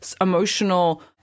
emotional